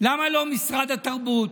למה לא משרד התרבות?